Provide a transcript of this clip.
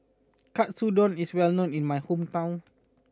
Katsudon is well known in my hometown